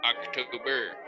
October